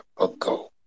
ago